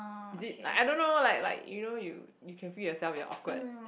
is it like I don't know like like you know you you can feel yourself you're awkward